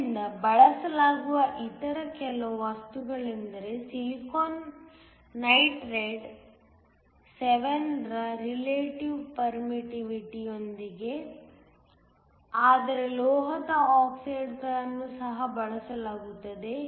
ಆದ್ದರಿಂದ ಬಳಸಲಾಗುವ ಇತರ ಕೆಲವು ವಸ್ತುಗಳೆಂದರೆ ಸಿಲಿಕಾನ್ ನೈಟ್ರೈಡ್ 7 ರ ರಿಲೇಟಿವ್ ಪೇರ್ಮಿಟ್ಟಿವಿಟಿಯೊಂದಿಗೆ ಆದರೆ ಲೋಹದ ಆಕ್ಸೈಡ್ಗಳನ್ನು ಸಹ ಬಳಸಲಾಗುತ್ತದೆ